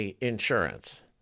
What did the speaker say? Insurance